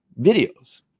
videos